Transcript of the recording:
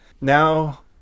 now